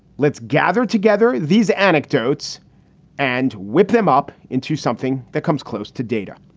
let's gather together these anecdotes and whip them up into something that comes close to data.